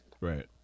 right